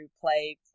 play